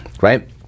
right